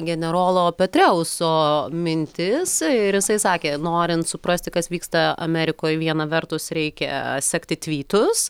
generolo petreuso mintis ir jisai sakė norint suprasti kas vyksta amerikoj viena vertus reikia sekti tvytus